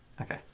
Okay